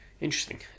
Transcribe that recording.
interesting